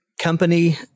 company